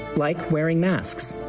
like wearing masks.